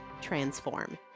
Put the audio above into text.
transform